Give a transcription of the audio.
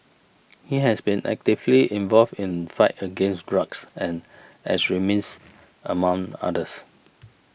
he has been actively involved in fight against drugs and extremism among others